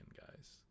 guys